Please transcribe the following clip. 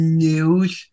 news